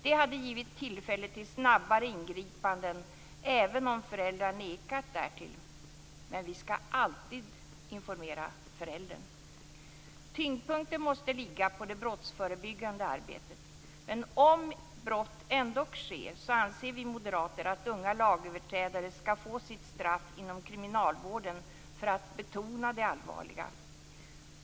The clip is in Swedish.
Det hade givit tillfälle till snabbare ingripanden, även om föräldrar nekat därtill. Men vi skall alltid informera föräldern. Tyngdpunkten måste ligga på det brottsförebyggande arbetet, men om brott ändock sker anser vi moderater att unga lagöverträdare skall få sitt straff inom kriminalvården, för att betona det allvarliga.